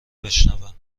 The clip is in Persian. بشنوم